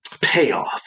payoff